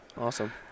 Awesome